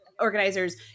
organizers